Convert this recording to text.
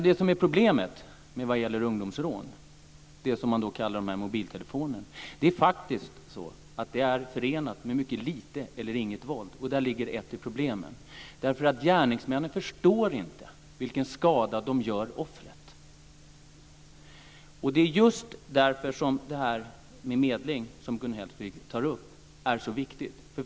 Det som är problemet när det gäller ungdomsrånen, som man kallar de rån som gäller mobiltelefoner, är faktiskt att de är förenade med mycket lite eller inget våld. Där ligger ett av problemen. Gärningsmännen förstår inte vilken skada de gör offret. Det är just därför som medling, som Gun Hellsvik tog upp, är så viktigt.